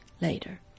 later